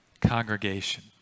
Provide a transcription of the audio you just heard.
congregation